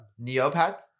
Neopets